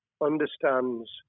understands